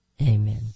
amen